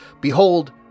Behold